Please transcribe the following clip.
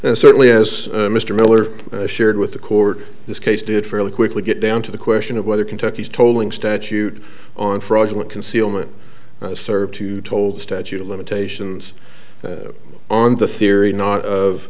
and certainly as mr miller shared with the court this case did fairly quickly get down to the question of whether kentucky's tolling statute on fraudulent concealment served to told statute of limitations on the theory not of